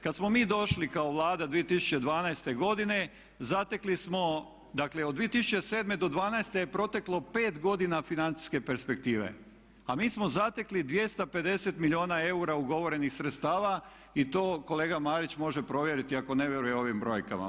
Kad smo mi došli kao Vlada 2012. godine zatekli smo, dakle od 2007. do dvanaeste je proteklo 5 godina financijske perspektive, a mi smo zatekli 250 milijuna eura ugovorenih sredstava i to kolega Marić može provjeriti ako ne vjeruje ovim brojkama.